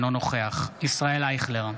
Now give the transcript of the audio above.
אינו נוכח ישראל אייכלר,